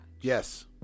yes